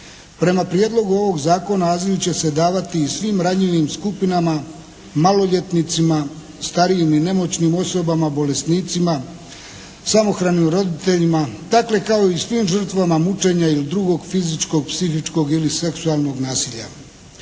Prema prijedlogu ovog Zakona azil će se davati i svim ranjivim skupinama maloljetnicima, starijim i nemoćnim osobama, bolesnicima, samohranim roditeljima, dakle kao i svim žrtvama mučenja ili drugog fizičkog, psihičkog ili seksualnog nasilja.